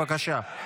בבקשה.